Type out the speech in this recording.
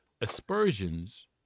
aspersions